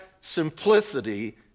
simplicity